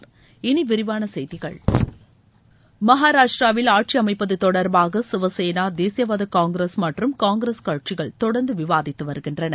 இனி விரிவான செய்திகள் மகாராஷ்டிராவில் ஆட்சி அமைப்பது தொடர்பாக சிவசேனா தேசியவாத காங்கிரஸ் மற்றும் காங்கிரஸ் கட்சிகள் தொடர்ந்து விவாதித்து வருகின்றன